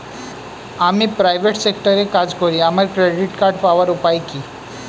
আমি প্রাইভেট সেক্টরে কাজ করি আমার ক্রেডিট কার্ড পাওয়ার উপায় কি?